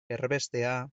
erbestea